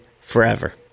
forever